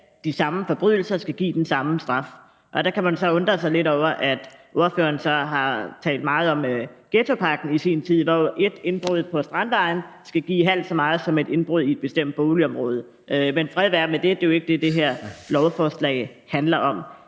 at de samme forbrydelser skal give den samme straf. Der kan man så undre sig lidt over, at ordføreren i sin tid talte meget for ghettopakken, hvor et indbrud på Strandvejen skal give halvt så meget straf som et indbrud i et bestemt boligområde. Men fred være med det. Det er jo ikke det, det her lovforslag handler om.